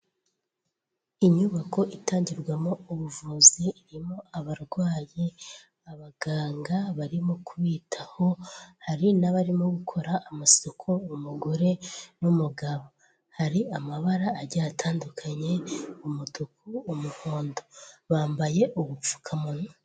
Inyubako itangirwamo ubuvuzi irimo abarwayi, abaganga barimo kubitaho, hari n'abarimo gukora amasuku, umugore n'umugabo hari amabara agiye atandukanye umutuku, umuhondo, bambaye ubupfukamunwa.